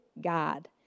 God